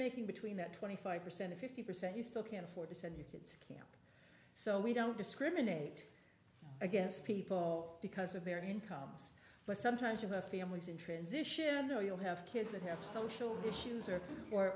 making between that twenty five percent or fifty percent you still can't afford to send your kid so we don't discriminate against people because of their incomes but sometimes you have families in transition oh you'll have kids that have social issues or or